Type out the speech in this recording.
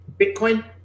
bitcoin